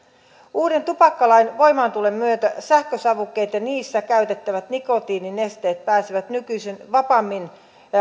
uuden tupakkalain voimaantulon myötä sähkösavukkeet ja niissä käytettävät nikotiininesteet pääsevät nykyisin vapaammin